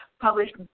published